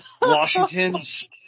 Washington's